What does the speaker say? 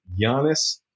Giannis